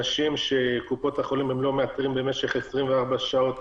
אנשים שקופות-החולים לא מאתרים במשך 24 שעות